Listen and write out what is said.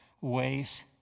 ways